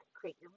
create